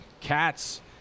Cats